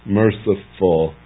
merciful